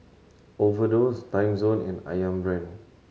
Overdose Timezone and Ayam Brand